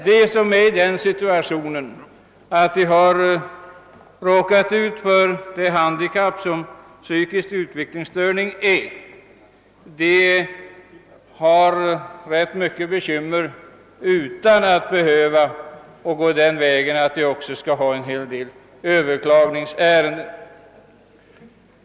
De som råkat ut för ett handikapp, som t.ex. psykisk utvecklingsstörning, har rätt mycket bekymmer utan att behöva överklaga ärendena till högre instans för att få invaliditetstillägg.